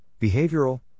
behavioral